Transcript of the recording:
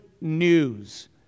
news